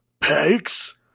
pegs